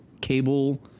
cable